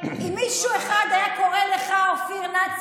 אם מישהו אחד היה קורא לך "נאצי",